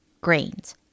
grains